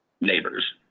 neighbors